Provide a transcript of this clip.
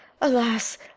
alas